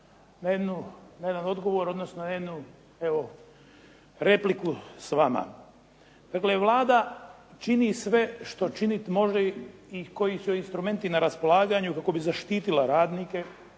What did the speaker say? na jedan odgovor, odnosno na jednu, evo repliku s vama. Dakle, Vlada čini sve što činiti može i koji su joj instrumenti na raspolaganju kako bi zaštitila radnike,